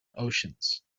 oceans